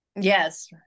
Yes